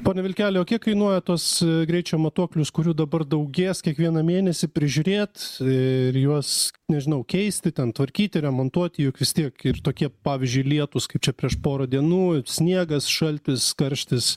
pone vilkelio kiek kainuoja tuos greičio matuoklius kurių dabar daugės kiekvieną mėnesį prižiūrėt ir juos nežinau keisti ten tvarkyti remontuoti juk vis tiek ir tokie pavyzdžiui lietus kaip čia prieš porą dienų sniegas šaltis karštis